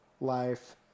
life